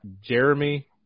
Jeremy